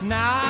Now